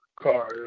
car